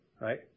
right